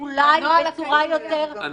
-- אבל אולי בצורה יותר מהודקת,